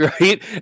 right